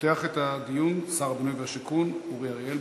ציון יום הדיור,